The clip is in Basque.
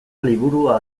liburua